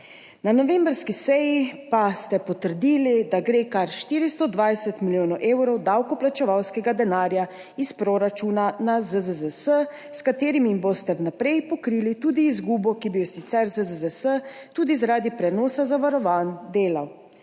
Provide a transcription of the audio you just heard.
Na novembrski seji pa ste potrdili, da gre kar 420 milijonov evrov davkoplačevalskega denarja iz proračuna na ZZZS, s katerim boste vnaprej pokrili tudi izgubo, ki bi jo sicer ZZZS tudi zaradi prenosa zavarovanj delal,